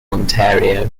ontario